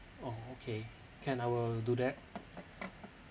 oh okay can I will do that